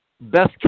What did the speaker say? Best